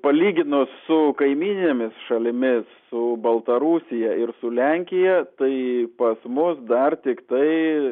palyginus su kaimyninėmis šalimis su baltarusija ir su lenkija tai pas mus dar tiktai